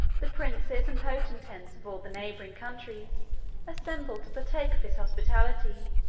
the princes and potentates of all the neighboring countries assembled to partake of his hospitality,